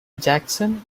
jackson